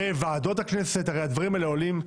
בוועדות הכנסת, הרי הדברים האלה עולים.